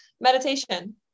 Meditation